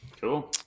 Cool